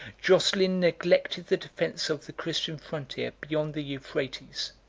joscelin neglected the defence of the christian frontier beyond the euphrates.